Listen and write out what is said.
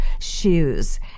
shoes